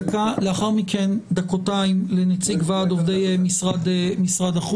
דקה ולאחר מכן שתי דקות לנציג ועד העובדים של משרד החוץ.